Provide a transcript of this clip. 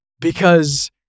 because-